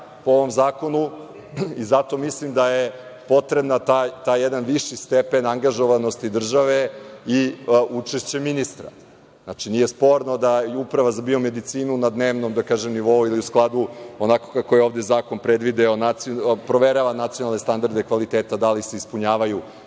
po ovom zakonu i zato mislim da je potreban taj jedan viši stepen angažovanosti države i učešće ministra. Znači, nije sporno da i Uprava za biomedicinu na dnevnom nivou ili u skladu onako kako je ovde zakon predvideo, proverava nacionalne standarde kvaliteta da li se ispunjavaju